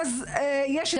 אין מקומות.